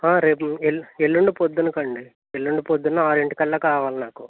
రేపు ఎల్లు ఎల్లుండి పొద్దునకు అండి ఎల్లుండి పొద్దున్న ఆరింటికల్లా కావాలి నాకు